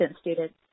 students